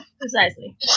Precisely